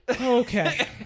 Okay